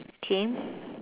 tame